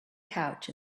couch